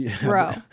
Bro